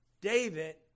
David